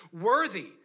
worthy